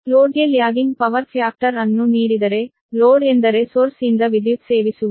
ಲೋಡ್ಗೆ lagging power factor ಅನ್ನು ನೀಡಿದರೆ ಲೋಡ್ ಎಂದರೆ ಸೊರ್ಸ್ ಇಂದ ವಿದ್ಯುತ್ ಸೇವಿಸುವುದು